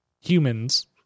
humans